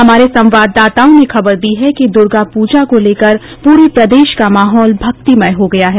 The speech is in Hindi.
हमारे संवाददाताओं ने खबर दी है कि दुर्गा पूजा को लेकर पूरे प्रदेश का माहौल भक्तिमय हो गया है